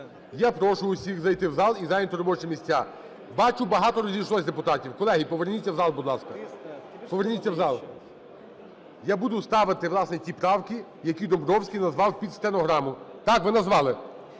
Я прошу всіх зайти в зал і зайняти робочі місця. Бачу, багато розійшлося депутатів. Колеги, поверніться в зал, будь ласка. Поверніться в зал. Я буду ставити, власне, ті правки, які Домбровський назвав під стенограму. Так? Ви назвали.